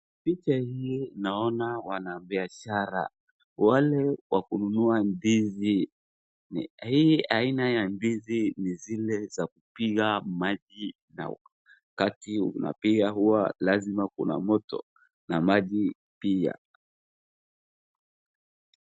Picha hii naona wanabiashara, wale wa kununua ndizi, hii aina ya ndizi ni zile za kupika maji na wakati unapika huwa lazima kuna moto na maji pia.